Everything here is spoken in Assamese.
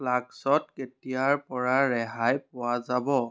ফ্লাক্সত কেতিয়াৰপৰা ৰেহাই পোৱা যাব